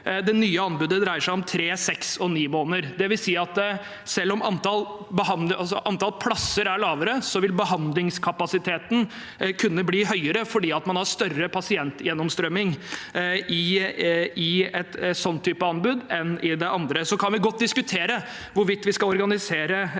Det nye anbudet dreier seg om tre, seks og ni måneder. Det vil si at selv om antallet plasser er lavere, vil behandlingskapasiteten kunne bli høyere fordi man har større pasientgjennomstrømming i en sånn type anbud enn i det andre. Vi kan godt diskutere hvorvidt vi skal organisere